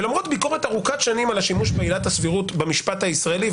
ולמרות ביקורת ארוכת שנים על השימוש בעילת הסבירות במשפט הישראלי,